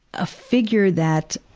a figure that,